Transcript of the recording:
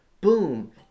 Boom